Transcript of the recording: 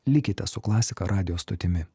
likite su klasika radijo stotimi